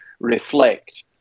reflect